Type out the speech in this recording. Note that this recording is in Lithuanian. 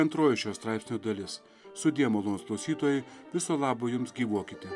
antroji šio straipsnio dalis sudie malonūs klausytojai viso labo jums gyvuokite